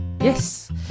Yes